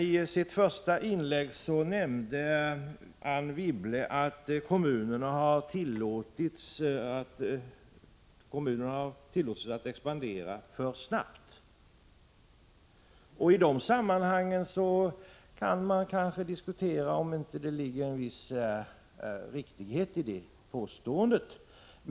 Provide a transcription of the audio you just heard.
I sitt första inlägg nämnde Anne Wibble att kommunerna har tillåtits att expandera för snabbt. När det gäller dessa sammanhang kan man kanske diskutera om det inte ligger en viss riktighet i det påståendet.